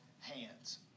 hands